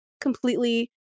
completely